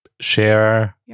share